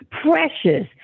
precious